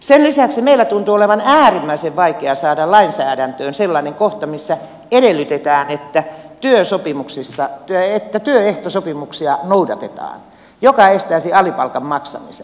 sen lisäksi meillä tuntuu olevan äärimmäisen vaikea saada lainsäädäntöön sellainen kohta missä edellytetään että työehtosopimuksia noudatetaan mikä estäisi alipalkan maksamisen